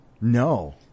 No